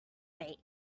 bait